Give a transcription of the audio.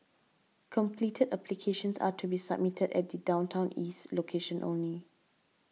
completed applications are to be submitted at the Downtown East location only